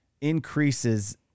increases